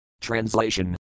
Translation